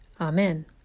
Amen